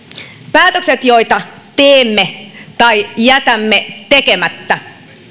päätökset joita teemme tai jätämme tekemättä